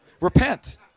Repent